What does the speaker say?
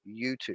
YouTube